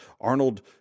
Arnold